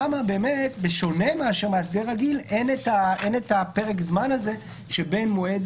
שם בשונה ממאסדר רגיל אין פרק הזמן הזה שבין מועד